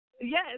yes